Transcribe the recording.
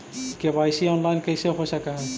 KYC online कैसे हो सक है?